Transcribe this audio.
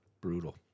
Brutal